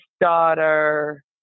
daughter